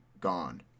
Gone